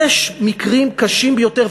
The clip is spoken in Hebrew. יש מקרים קשים ביותר,